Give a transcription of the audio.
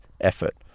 effort